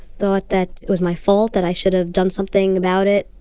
thought that it was my fault. that i should have done something about it.